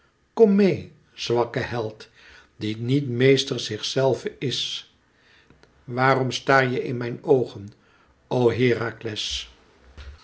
kom meê zwakke held die niet meester zichzelve is wàarom staar je in mijn oogen o herakles